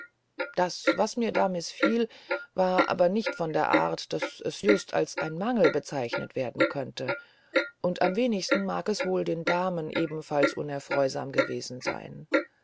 das was mir da mißfiel war aber nicht von der art daß es just als ein mangel bezeichnet werden könnte und am wenigsten mag es wohl den damen ebenfalls unerfreusam gewesen sein